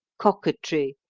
coquetry,